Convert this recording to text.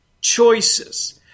choices